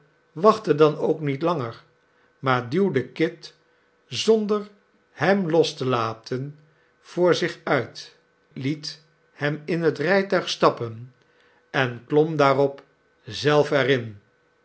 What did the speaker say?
constable wachtte dan ook niet langer maar duwde kit zonder hem los te laten voor zich uit liet hem in het rijtuig stappen en klom daarop zelf